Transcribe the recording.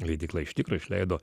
leidykla iš tikro išleido